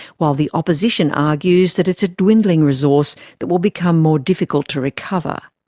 while the opposition argues that it's a dwindling resource that will become more difficult to recover.